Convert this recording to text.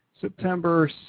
September